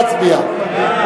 נא להצביע.